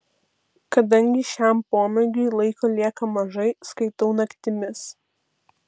kadangi šiam pomėgiui laiko lieka mažai skaitau naktimis